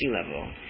level